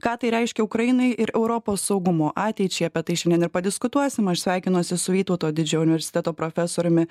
ką tai reiškia ukrainai ir europos saugumo ateičiai apie tai šiandien ir padiskutuosim aš sveikinuosi su vytauto didžiojo universiteto profesoriumi